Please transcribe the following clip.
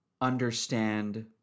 understand